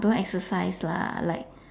don't exercise lah like